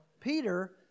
Peter